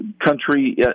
country